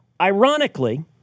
Ironically –